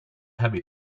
heavy